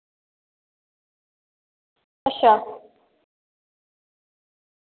अच्छा